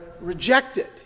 rejected